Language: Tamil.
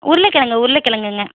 உருளைக் கெழங்கு உருளைக் கெழங்குங்க